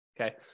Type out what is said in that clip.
Okay